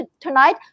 tonight